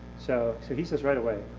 so so he says right away.